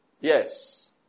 Yes